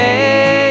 Hey